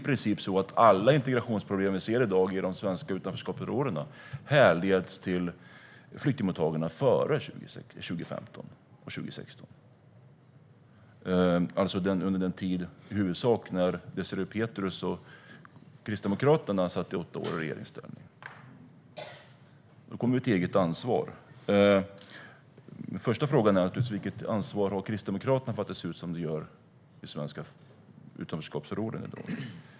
I princip alla integrationsproblem vi ser i dag i de svenska utanförskapsområdena härleds till flyktingmottagandet före 2015 och 2016, alltså i huvudsak den tid när Désirée Pethrus och Kristdemokraterna under åtta år satt i regeringsställning. Då kommer vi till eget ansvar. Den första frågan är: Vilket ansvar har Kristdemokraterna för att det ser ut som det gör i svenska utanförskapsområden i dag?